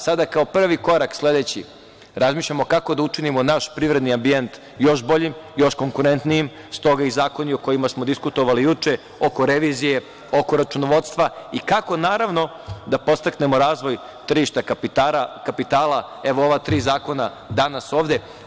Sada, kao prvi korak sledeći, razmišljamo kako da učinimo naš privredni ambijent još boljim, još konkurentnijim, stoga i zakoni o kojima smo diskutovali juče oko revizije, oko računovodstva i kako, naravno, da podstaknemo razvoj tržišta kapitala, evo, ova tri zakona danas ovde.